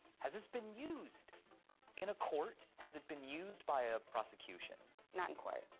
has this been used in a court? has it been used by a prosecution? not in court,